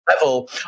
level